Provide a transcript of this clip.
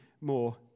more